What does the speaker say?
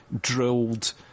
drilled